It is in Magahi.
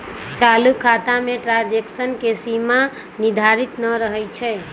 चालू खता में ट्रांजैक्शन के सीमा निर्धारित न रहै छइ